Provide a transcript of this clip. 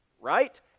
right